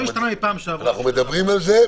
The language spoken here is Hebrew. אנחנו מדברים על זה,